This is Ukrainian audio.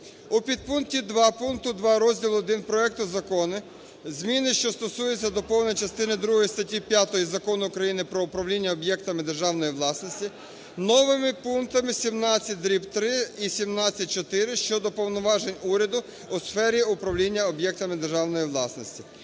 У підпункті 2 пункту 2 Розділу І проекту закону зміни, що стосуються доповнення частини 2 статті 5 Закону України "Про управління об'єктами державної власності" новими пунктами 17/3 і 17/4 щодо повноважень уряду у сфері управління об'єктами державної власності.